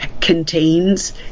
contains